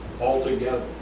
altogether